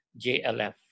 JLF